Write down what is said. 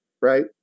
right